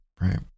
right